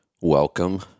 Welcome